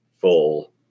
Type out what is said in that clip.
full